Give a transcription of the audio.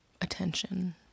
attention